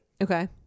Okay